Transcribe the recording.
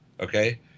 okay